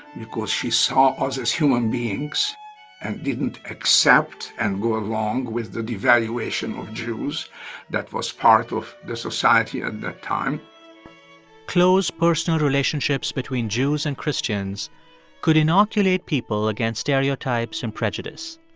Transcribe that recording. because she saw us as human beings and didn't accept and go along with the devaluation of jews that was part of the society at that time close, personal relationships between jews and christians could inoculate people against stereotypes and prejudice.